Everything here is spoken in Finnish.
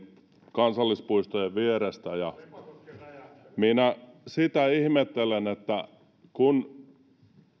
kansallispuistojen vierestä ja minä ihmettelen sitä kun